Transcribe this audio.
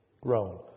grown